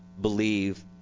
believe